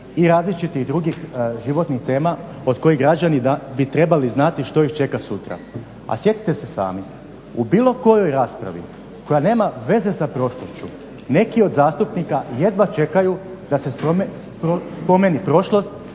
i različitih drugih životnih tema od kojih građani bi trebali znati što ih čeka sutra. A sjetite se sami, u bilo kojoj raspravi koja nema veze sa prošlošću neki od zastupnika jedva čekaju da se spomene prošlost,